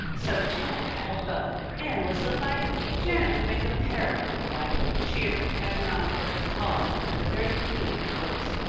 so janet had a beau! anne was delighted. janet would make a paragon of a wife cheery, economical, tolerant, and a very queen of cooks.